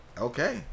Okay